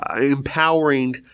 empowering